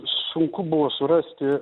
sunku buvo surasti